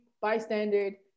bystander